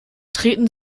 treten